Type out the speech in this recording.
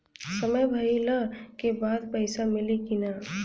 समय भइला के बाद पैसा मिली कि ना?